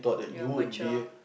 you're mature